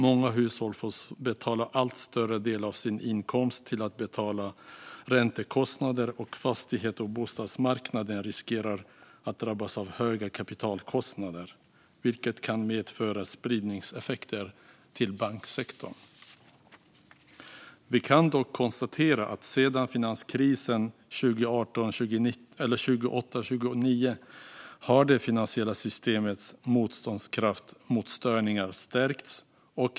Många hushåll får använda en allt större del av sin inkomst till att betala räntekostnader. Fastighets och bostadsmarknaderna riskerar att drabbas av höga kapitalkostnader, vilket kan medföra spridningseffekter till banksektorn. Vi kan dock konstatera att det finansiella systemets motståndskraft mot störningar har stärkts sedan finanskrisen 2008-2009.